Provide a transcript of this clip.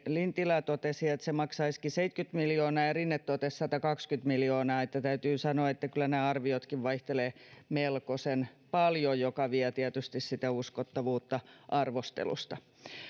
lintilä totesi että se maksaisikin seitsemänkymmentä miljoonaa ja rinne totesi satakaksikymmentä miljoonaa täytyy sanoa että kyllä nämä arviotkin vaihtelevat melkoisen paljon mikä tietysti vie sitä uskottavuutta arvostelusta